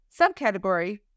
subcategory